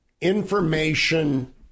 information